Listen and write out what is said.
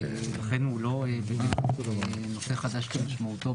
ולכן הוא לא נושא חדש כמשמעותו